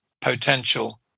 potential